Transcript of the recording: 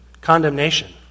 condemnation